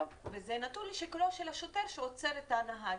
וזה נתון לשיקולו של השוטר שעוצר את הנהג.